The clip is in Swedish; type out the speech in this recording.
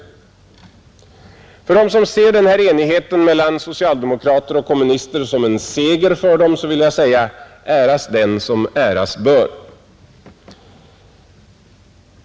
Till dem som ser denna enighet mellan socialdemokrater och kommunister som en seger, till dem vill jag säga: Äras den som äras bör!